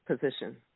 position